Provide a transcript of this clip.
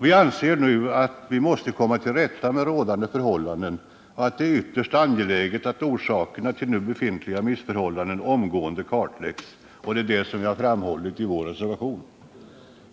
Vi anser nu att vi måste komma till rätta med rådande förhållanden och att det är ytterst angeläget att orsakerna till nu befintliga missförhållanden omgående kartlägges, och det är detta som vi har framhållit i vår reservation.